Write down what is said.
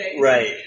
Right